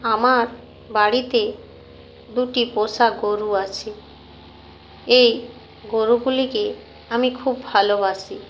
আমার বাড়িতে দুটি পোষা গোরু আছে এই গোরুগুলিকে আমি খুব ভালোবাসি